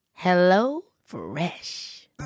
HelloFresh